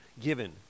given